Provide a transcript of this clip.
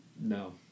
No